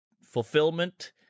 fulfillment